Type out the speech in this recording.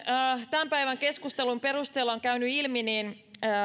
tämän päivän keskustelun perusteella on käynyt ilmi